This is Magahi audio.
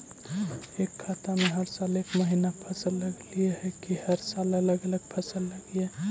एक खेत में हर साल एक महिना फसल लगगियै कि हर साल अलग अलग फसल लगियै?